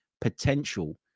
potential